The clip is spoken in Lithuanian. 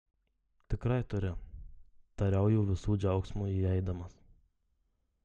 tikrai turi tariau jų visų džiaugsmui įeidamas